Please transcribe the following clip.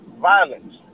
violence